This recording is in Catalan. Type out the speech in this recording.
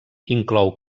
inclou